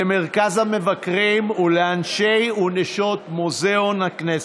למרכז המבקרים ולאנשי ונשות מוזיאון הכנסת.